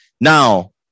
Now